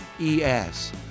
ES